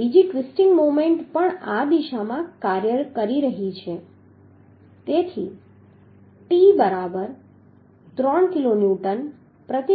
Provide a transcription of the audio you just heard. બીજી twisting moment પણ આ દિશામાં કાર્ય કરી રહી છે તેથી T બરાબર 3 કિલોન્યુટન પ્રતિ મીટર